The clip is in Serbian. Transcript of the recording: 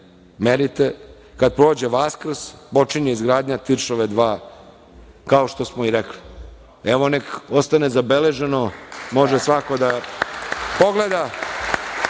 merite, kad prođe Vaskrs, počinje izgradnja Tiršove 2, kao što smo i rekli. Evo, nek ostane zabeležno, može svako da pogleda